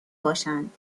باشند